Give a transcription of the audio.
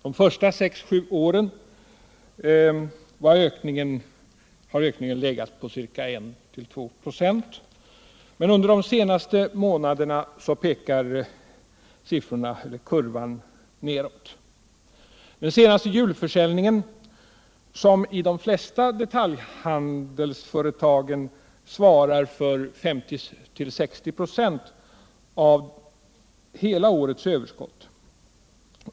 De första sex till sju åren har ökningen legat på ca 1-2 26, men för de senaste månaderna pekar kurvan neråt. Den senaste julförsäljningen, som i de flesta detaljhandelsföretagen svarar för 50-60 96 av hela årets överskott.